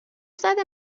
زده